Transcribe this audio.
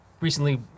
recently